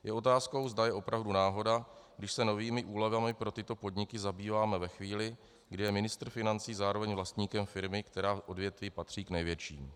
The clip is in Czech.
Je otázkou, zda je opravdu náhoda, když se novými úlevami pro tyto podniky zabýváme ve chvíli, kdy je ministr financí zároveň vlastníkem firmy, která v odvětví patří k největším.